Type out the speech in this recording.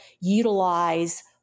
utilize